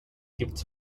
gifts